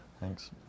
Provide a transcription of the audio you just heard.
Thanks